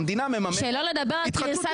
המדינה מממנת --- שלא לדבר על קריסת